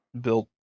built